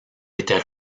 était